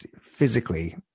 physically